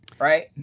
right